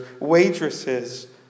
waitresses